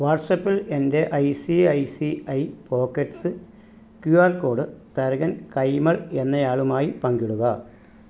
വാട്ട്സപ്പിൽ എൻ്റെ I C I C I pockets Q R code Tharakan Kaimal എന്നയാളുമായി പങ്കിടുക